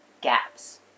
gaps